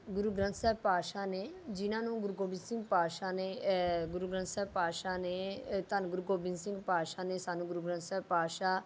ਗੁਰੂ ਗ੍ਰੰਥ ਸਾਹਿਬ ਪਾਤਸ਼ਾਹ ਨੇ ਜਿਹਨਾਂ ਨੂੰ ਗੁਰੂ ਗੋਬਿੰਦ ਸਿੰਘ ਪਾਤਸ਼ਾਹ ਨੇ ਗੁਰੂ ਗ੍ਰੰਥ ਸਾਹਿਬ ਪਾਤਸ਼ਾਹ ਨੇ ਅ ਧੰਨ ਗੁਰੂ ਗੋਬਿੰਦ ਸਿੰਘ ਪਾਤਸ਼ਾਹ ਨੇ ਸਾਨੂੰ ਗੁਰੂ ਗ੍ਰੰਥ ਸਾਹਿਬ ਪਾਤਸ਼ਾਹ